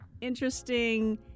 interesting